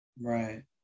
Right